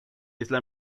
isla